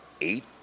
eight